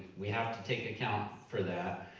we have to take account for that,